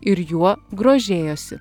ir juo grožėjosi